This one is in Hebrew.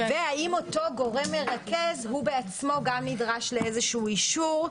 והאם אותו גורם מרכז גם נדרש לאיזה אישור,